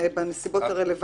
הרי כאן יש מגבלה.